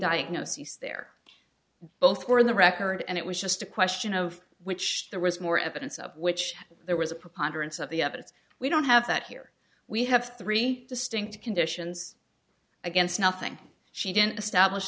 diagnoses there both were in the record and it was just a question of which there was more evidence of which there was a preponderance of the of it's we don't have that here we have three distinct conditions against nothing she didn't establish